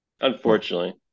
Unfortunately